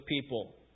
people